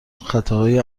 خطاهای